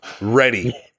ready